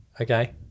Okay